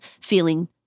feeling